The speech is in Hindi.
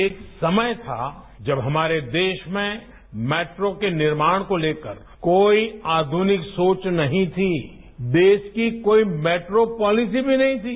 एक समय था जब हमारे देश में मेट्रो के निर्माण को लेकर कोई आधुनिक सोच नहीं थी देश की कोई मेट्रो पॉलिसी भी नहीं थी